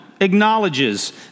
acknowledges